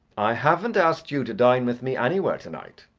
i haven't asked you to dine with me anywhere to-night.